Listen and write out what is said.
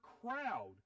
crowd